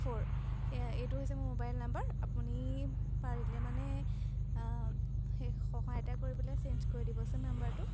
four সেয়া এইটো হৈছে মোৰ মোবাইল নাম্বাৰ আপুনি পাৰিলে মানে সেই সহায় এটা কৰি পেলাই চেঞ্জ কৰি দিবচোন নাম্বাৰটো